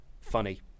Funny